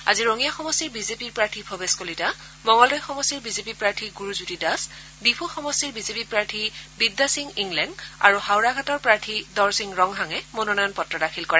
আজি ৰঙিয়া সমষ্টিৰ বিজেপিৰ প্ৰাৰ্থী ভবেশ কলিতা মঙলদৈ সমষ্টিৰ বিজেপি প্ৰাৰ্থী গুৰুজ্যোতি দাস ডিফু সমষ্টিৰ বিজেপি প্ৰাৰ্থী বিদ্যাছিং ইংলেং আৰু হাওৰাঘাটৰ প্ৰাৰ্থী দৰছিং ৰংহাঙে মনোনয়ন পত্ৰ দাখিল কৰে